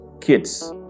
Kids